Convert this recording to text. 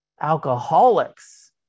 alcoholics